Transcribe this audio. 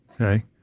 Okay